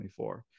2024